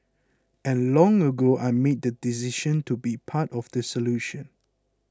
and long ago I made the decision to be part of the solution